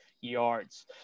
yards